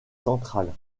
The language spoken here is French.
centrale